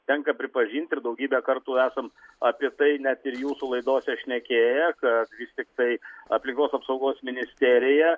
tenka pripažinti ir daugybę kartų esam apie tai net ir jūsų laidose šnekėję kad vis tiktai aplinkos apsaugos ministerija